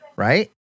Right